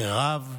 ומרב.